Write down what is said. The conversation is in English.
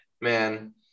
man